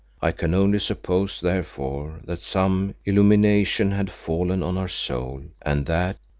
i can only suppose therefore that some illumination had fallen on her soul, and that,